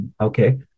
Okay